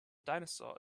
dinosaur